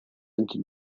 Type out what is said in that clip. into